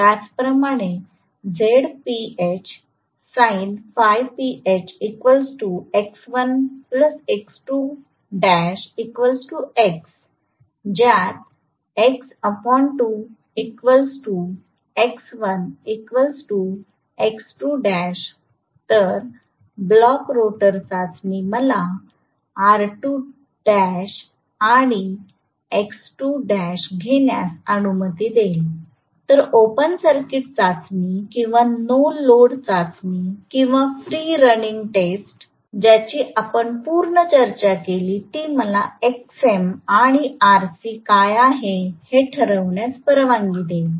त्याचप्रमाणे ज्यात तर ब्लॉक रोटर चाचणी मला R2l आणि एX2l घेण्यास अनुमती देईल तर ओपन सर्किट चाचणी किंवा नो लोड चाचणी किंवा फ्री रनिंग टेस्ट ज्याची आपण पूर्वी चर्चा केली ती मला Xm आणि Rc काय आहे ते ठरविण्यास परवानगी देईल